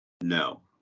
No